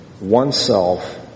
oneself